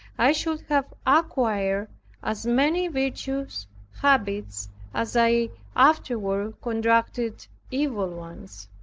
i should have acquired as many virtuous habits as i afterward contracted evil ones.